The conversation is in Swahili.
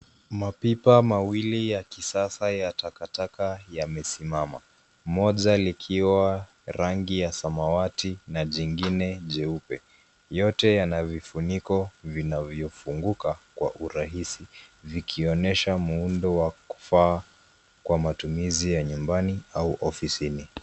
Mapipa mawili ya kisasa ya takataka yamesimama. Moja likiwa rangi ya samawati na jingine jeupe. Yote yana vifuniko vinavyofunguka kwa urahisi vikionyesha muundo wa kufaa kwa matumizi ya nyumbani au ofisini.